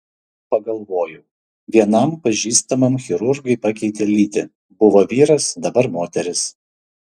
pagalvojau vienam pažįstamam chirurgai pakeitė lytį buvo vyras dabar moteris